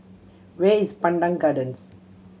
where is Pandan Gardens